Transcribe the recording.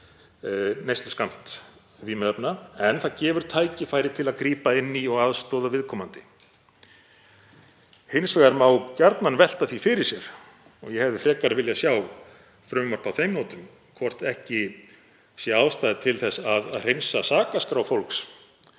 neysluskammt vímuefna en það gefur tækifæri til að grípa inn í og aðstoða viðkomandi. Hins vegar má gjarnan velta því fyrir sér, og ég hefði frekar viljað sjá frumvarp á þeim nótum, hvort ekki sé ástæða til þess að hreinsa sakaskrá fólks